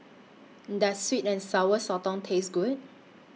Does Sweet and Sour Sotong Taste Good